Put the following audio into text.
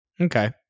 okay